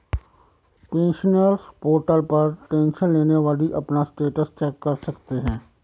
pensioners portal पर tension लेने वाली अपना स्टेटस चेक कर सकते हैं